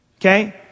Okay